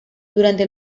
durante